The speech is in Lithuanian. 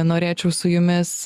norėčiau su jumis